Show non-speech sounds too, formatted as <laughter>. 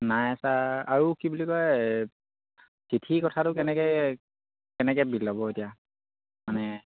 নাই ছাৰ আৰু কি বুলি কয় <unintelligible> কথাটো কেনেকে কেনেকে ল'ব এতিয়া মানে